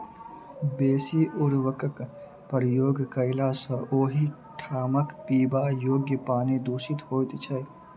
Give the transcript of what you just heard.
बेसी उर्वरकक प्रयोग कयला सॅ ओहि ठामक पीबा योग्य पानि दुषित होइत छै